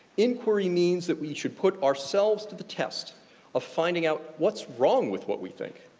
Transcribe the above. inquiry means that we should put ourselves to the test of finding out what's wrong with what we think,